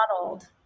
modeled